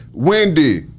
wendy